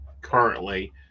currently